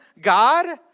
God